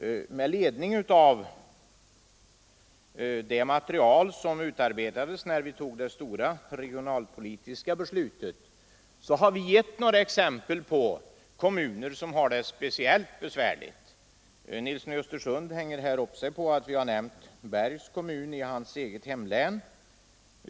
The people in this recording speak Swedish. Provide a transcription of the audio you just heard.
Med ledning av det material som utarbetades när riksdagen fattade det stora regionalpolitiska beslutet har vi givit några exempel på kommuner som har det speciellt besvärligt. Herr Nilsson i Östersund hänger upp sig på att vi har nämnt Bergs kommun i hans eget hemlän.